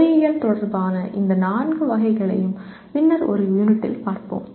பொறியியல் தொடர்பான இந்த நான்கு வகைகளையும் பின்னர் ஒரு யூனிட்டில் பார்ப்போம்